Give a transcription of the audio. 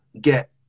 get